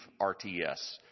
RTS